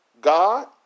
God